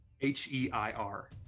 H-E-I-R